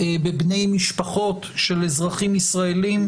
בבני משפחות של אזרחים ישראלים,